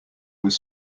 was